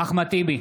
אחמד טיבי,